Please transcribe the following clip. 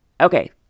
okay